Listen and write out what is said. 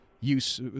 use